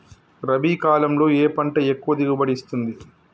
రబీ కాలంలో ఏ పంట ఎక్కువ దిగుబడి ఇస్తుంది?